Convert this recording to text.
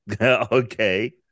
Okay